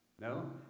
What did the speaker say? No